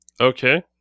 Okay